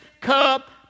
cup